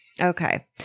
Okay